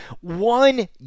one